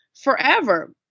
forever